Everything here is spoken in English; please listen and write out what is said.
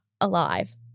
alive